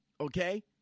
okay